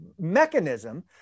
mechanism